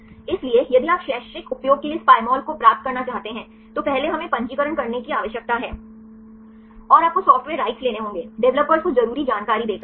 इसलिए यदि आप शैक्षिक उपयोग के लिए इस Pymol को प्राप्त करना चाहते हैं तो पहले हमें पंजीकरण करने की आवश्यकता है और आपको सॉफ्टवेयर राइट्स लेने होंगे डेवलपर्स को जरूरी जानकारी देकर सही